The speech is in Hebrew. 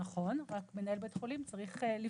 במסיבת עיתונאים הוא התחייב לבית חולים על,